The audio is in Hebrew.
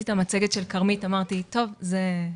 את המצגת של כרמית אמרתי "..טוב זה,